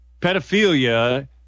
Pedophilia